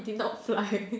did not fly